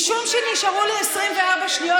זה לא נכון מה שאת אומרת.